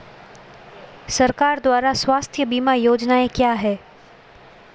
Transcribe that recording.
सरकार द्वारा स्वास्थ्य बीमा योजनाएं क्या हैं?